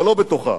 ולא בתוכה.